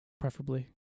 preferably